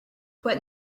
what